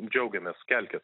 džiaugiamės kelkit